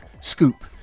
scoop